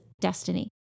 destiny